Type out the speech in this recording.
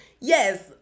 Yes